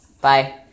Bye